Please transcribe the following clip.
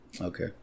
Okay